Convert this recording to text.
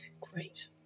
Great